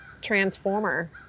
transformer